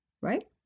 right